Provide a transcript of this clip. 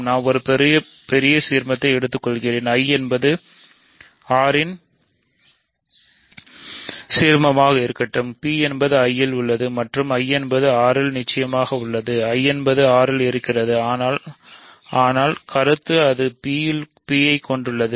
நாம் ஒரு பெரிய சீர்மத்தை எடுக்கப் போகிறோம் I என்பது R இன் சீர்மமாக இருக்கட்டும் P என்பது I இல் உள்ளது மற்றும் I என்பது R இல் நிச்சயமாக உள்ளது I என்பது R இல் இருக்கிறது ஆனால் கருத்து அது P ஐ கொண்டுள்ளது